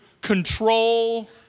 control